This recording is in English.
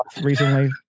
Recently